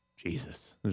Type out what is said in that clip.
Jesus